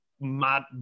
mad